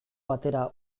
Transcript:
batera